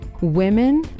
Women